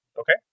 Okay